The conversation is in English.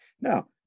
Now